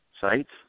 sites